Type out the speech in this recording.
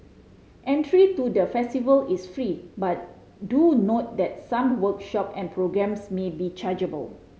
entry to the festival is free but do note that some workshop and programmes may be chargeable